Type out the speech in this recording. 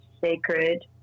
sacred